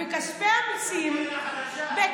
הקרן החדשה מממנת.